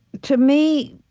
to me